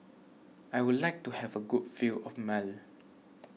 I would like to have a good view of Male